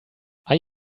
are